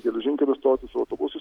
geležinkelių stotys autobusų